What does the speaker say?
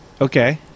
Okay